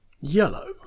yellow